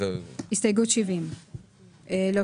עוברים להסתייגות 59. בסעיף 3(3),